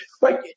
right